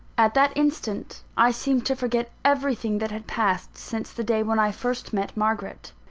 at that instant, i seemed to forget everything that had passed since the day when i first met margaret,